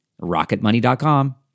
rocketmoney.com